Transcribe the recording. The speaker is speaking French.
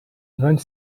vingt